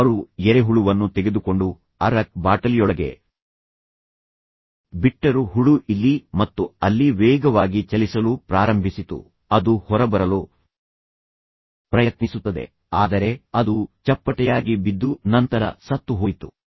ಅವರು ಎರೆಹುಳುವನ್ನು ತೆಗೆದುಕೊಂಡು ಅರ್ರ್ಯಾಕ್ ಬಾಟಲಿಯೊಳಗೆ ಬಿಟ್ಟರು ಹುಳು ಇಲ್ಲಿ ಮತ್ತು ಅಲ್ಲಿ ವೇಗವಾಗಿ ಚಲಿಸಲು ಪ್ರಾರಂಭಿಸಿತು ಅದು ಹೊರಬರಲು ಪ್ರಯತ್ನಿಸುತ್ತದೆ ಆದರೆ ಅದು ಚಪ್ಪಟೆಯಾಗಿ ಬಿದ್ದು ನಂತರ ಸತ್ತುಹೋಯಿತು